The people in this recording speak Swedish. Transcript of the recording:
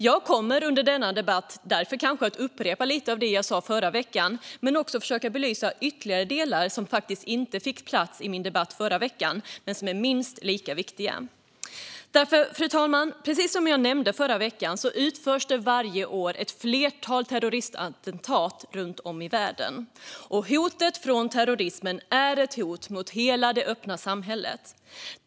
Jag kommer därför under denna debatt att upprepa lite av det jag sa förra veckan, men jag ska också försöka belysa ytterligare delar som inte fick plats i debatten förra veckan men som är minst lika viktiga. Fru talman! Precis som jag nämnde förra veckan utförs det varje år ett flertal terroristattentat runt om i världen. Hotet från terrorismen är ett hot mot hela det öppna samhället.